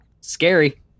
scary